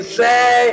say